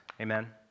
Amen